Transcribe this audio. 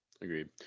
agreed